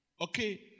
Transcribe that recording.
Okay